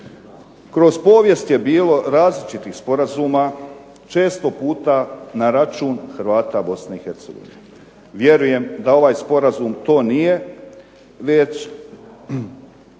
Kroz povijest je bilo različitih sporazuma, često puta na račun Hrvata Bosne i Hercegovine. Vjerujem da ovaj sporazum to nije, već